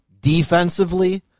defensively